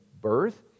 birth